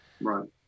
Right